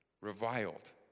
reviled